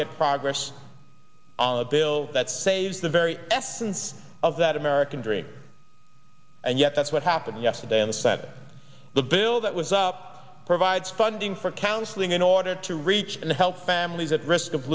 get progress on a bill that saved the very essence of that american dream and yet that's what happened yesterday in the senate the bill that was up provides funding for counseling in order to reach and help families at risk of